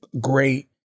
great